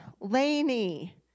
Laney